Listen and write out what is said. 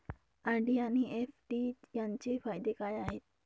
RD आणि FD यांचे फायदे काय आहेत?